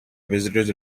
visitors